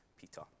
Peter